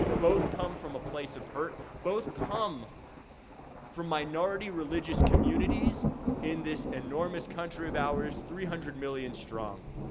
both come from a place of hurt. both come from minority religious communities in this enormous country of ours, three hundred million strong.